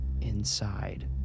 Inside